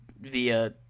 via